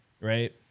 right